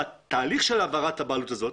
בתהליך של העברת הבעלות הזאת,